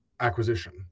acquisition